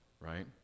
right